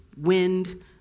wind